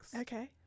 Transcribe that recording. Okay